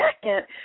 second